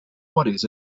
worries